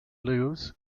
lewes